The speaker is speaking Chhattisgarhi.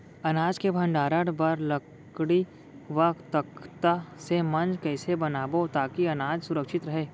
अनाज के भण्डारण बर लकड़ी व तख्ता से मंच कैसे बनाबो ताकि अनाज सुरक्षित रहे?